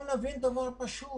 אז בואו נבין דבר פשוט: